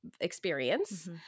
experience